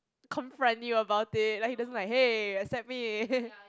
confront you about it like he doesn't like hey accept me